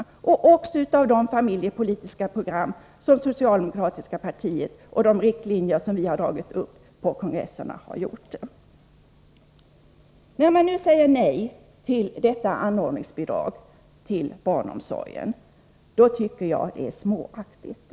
Vad vi anser vara viktigt framgår också av det socialdemokratiska partiets familjepolitiska program och av de riktlinjer som vi dragit upp på kongresserna. Att nu säga nej till det föreslagna anordningsbidraget till barnomsorgen tycker jag är småaktigt.